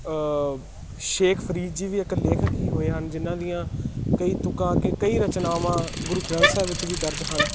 ਸ਼ੇਖ ਫਰੀਦ ਜੀ ਵੀ ਇੱਕ ਲੇਖਕ ਹੀ ਹੋਏ ਹਨ ਜਿਹਨਾਂ ਦੀਆਂ ਕਈ ਤੁਕਾਂ ਅਤੇ ਕਈ ਰਚਨਾਵਾਂ ਗੁਰੂ ਗ੍ਰੰਥ ਸਾਹਿਬ ਵਿੱਚ ਵੀ ਦਰਜ ਹਨ